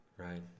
Right